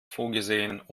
vorgesehenen